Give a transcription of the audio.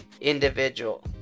individual